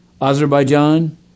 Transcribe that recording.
Azerbaijan